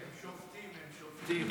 הם שובתים.